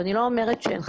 אני לא אומרת שאין חסמים.